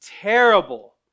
terrible